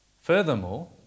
Furthermore